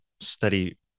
study